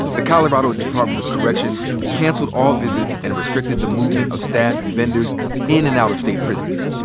the colorado department of corrections cancelled all visits and restricted the movement of staff and vendors in and out of state prisons.